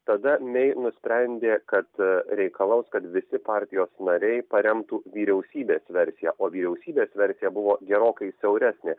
tada mei nusprendė kad reikalaus kad visi partijos nariai paremtų vyriausybės versiją o vyriausybės versija buvo gerokai siauresnė